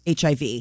HIV